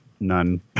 None